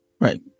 Right